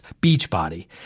Beachbody